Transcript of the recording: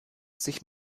sich